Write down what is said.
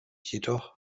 jedoch